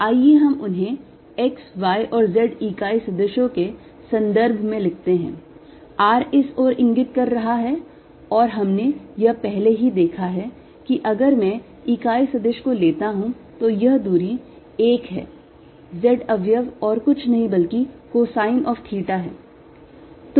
आइए हम उन्हें x y और z इकाई सदिशो के संदर्भ में लिखते हैं r इस ओर इंगित कर रहा है और हमने यह पहले ही देखा है कि अगर मैं इकाई सदिश को लेता हूं तो यह दूरी 1 है z अवयव और कुछ नहीं बल्कि cosine of theta है